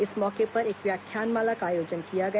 इस मौके पर एक व्याख्यान माला का आयोजन किया गया